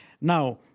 Now